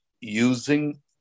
using